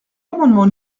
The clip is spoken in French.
l’amendement